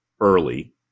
early